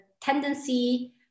tendency